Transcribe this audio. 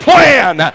plan